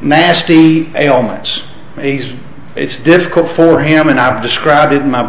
masti ailments it's difficult for him and i've described it in my